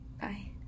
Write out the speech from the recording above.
bye